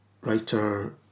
writer